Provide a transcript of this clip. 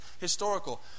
historical